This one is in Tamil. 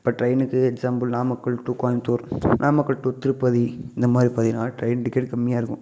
இப்போ டிரெயினுக்கு example Namakkal to Coimbatore Namakkal to Tirupati இந்தமாதிரி பார்த்தீனா டிரெயின் டிக்கெட் கம்மியாக இருக்கும்